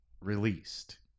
released